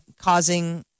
causing